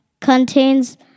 contains